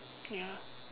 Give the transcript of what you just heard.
ya